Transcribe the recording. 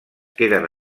queden